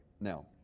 Now